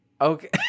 Okay